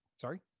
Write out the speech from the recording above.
Sorry